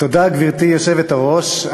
גברתי היושבת-ראש,